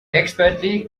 expertly